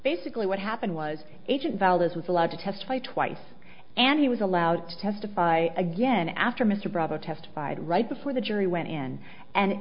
basically what happened was agent valdez was allowed to testify twice and he was allowed to testify again after mr bravo testified right before the jury went in and